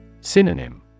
Synonym